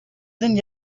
than